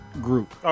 group